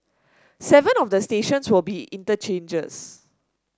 seven of the stations will be interchanges